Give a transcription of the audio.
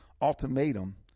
ultimatum